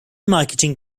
marketing